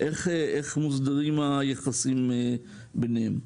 איך מוסדרים היחסים ביניהם?